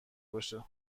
باشه